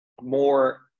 more